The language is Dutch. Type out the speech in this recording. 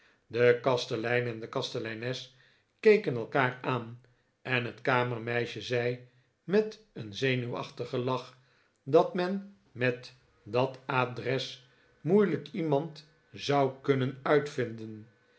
de kastelein en de kasteleines keken elkaar aan en het kamermeisje zei met een zenuwachtigen lach dat men met dat adres moeilijk iemand zou kunnen uitvinden